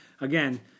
again